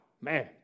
man